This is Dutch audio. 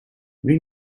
wie